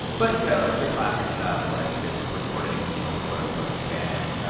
but, you know, it's the classic stuff like just reporting, you know, quote-unquote, hispanic.